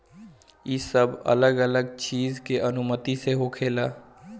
ई सब अलग अलग चीज के अनुमति से होखेला